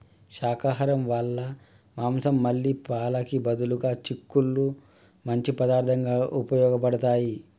శాకాహరం వాళ్ళ మాంసం మళ్ళీ పాలకి బదులుగా చిక్కుళ్ళు మంచి పదార్థంగా ఉపయోగబడతాయి